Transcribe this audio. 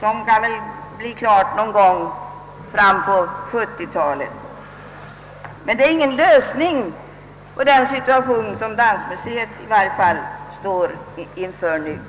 som skulle kunna bli färdigt någon gång på 1970-talet. Men ett sådant hus löser inte dagens problem för Dansmuseet.